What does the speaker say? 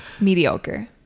Mediocre